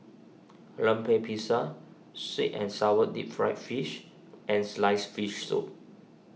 Lemper Pisang Sweet and Sour Deep Fried Fish and Sliced Fish Soup